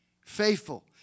faithful